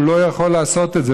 שהוא לא יכול לעשות את זה,